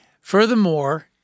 Furthermore